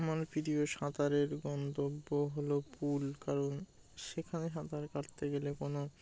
আমার প্রিয় সাঁতারের গন্তব্য হলো পুল কারণ সেখানে সাঁতার কাটতে গেলে কোনো